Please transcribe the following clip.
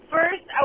First